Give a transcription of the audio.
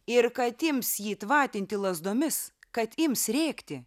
ir kad ims jį tvatinti lazdomis kad ims rėkti